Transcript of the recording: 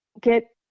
get